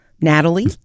Natalie